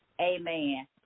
Amen